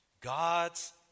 God's